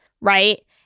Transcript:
right